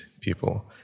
people